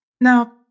Now